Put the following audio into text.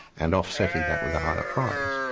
and offsetting that with a higher price,